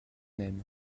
aime